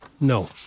No